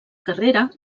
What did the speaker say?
carrera